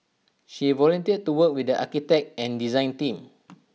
she volunteered to work with the architect and design team